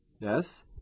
Yes